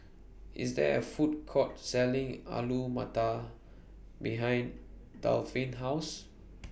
IS There A Food Court Selling Alu Matar behind Delphin's House